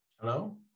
Hello